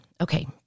Okay